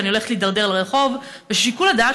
שאני הולכת להידרדר לרחוב וששיקול הדעת